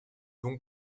donc